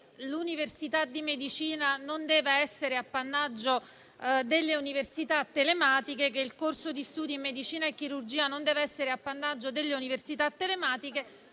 la facoltà di medicina non deve essere appannaggio delle università telematiche e che il corso di studi in medicina e chirurgia non deve essere appannaggio delle università telematiche,